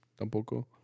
tampoco